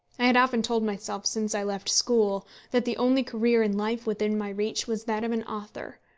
i had often told myself since i left school that the only career in life within my reach was that of an author,